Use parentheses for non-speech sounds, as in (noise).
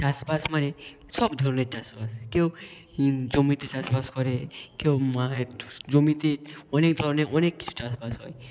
চাষবাস মানে সব ধরনের চাষবাস কেউ ই জমিতে চাষবাস করে কেউ (unintelligible) জমিতে অনেক ধরনের অনেক কিছু চাষবাস হয়